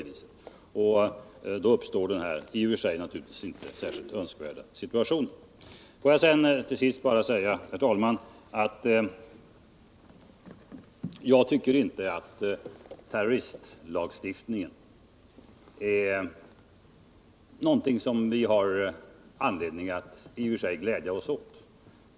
Därför uppstår den här i och för sig inte särskilt önskvärda situationen. Låt mig till sist bara säga, herr talman, att jag inte tycker att terroristlagstiftningen är någonting som vi har anledning att glädja oss åt.